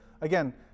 again